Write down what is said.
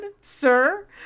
sir